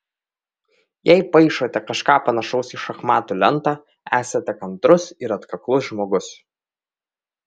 jei paišote kažką panašaus į šachmatų lentą esate kantrus ir atkaklus žmogus